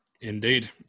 Indeed